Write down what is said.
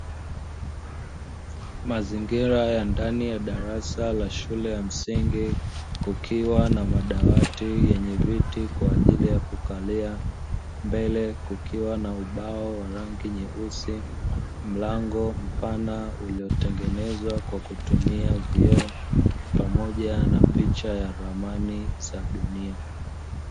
Mazingira ya ndani ya darasa la shule ya msingi, kukiwa na madawati yenye viti kwa ajili ya kukalia, mbele kukiwa na ubao wa rangi nyeusi, mlango mpana uliotengenezwa kwa kutumia vioo pamoja na picha ya ramani za dunia.